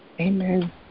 Amen